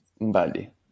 Vale